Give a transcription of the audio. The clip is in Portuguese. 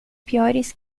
piores